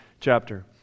chapter